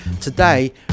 Today